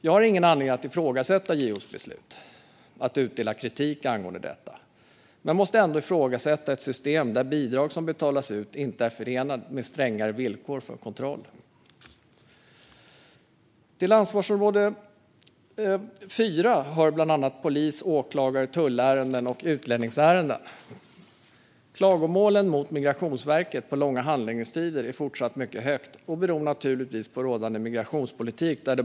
Jag har ingen anledning att ifrågasätta JO:s beslut att utdela kritik angående detta men måste ändå ifrågasätta ett system där bidrag som betalas ut inte är förenade med strängare villkor för kontroll. Till ansvarsområde 4 hör bland annat polis, åklagar, tull och utlänningsärenden. Klagomålen mot Migrationsverket på långa handläggningstider är fortfarande många och beror naturligtvis på rådande migrationspolitik.